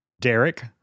Derek